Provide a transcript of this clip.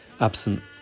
absent